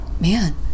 man